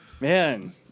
Man